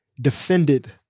defended